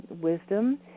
wisdom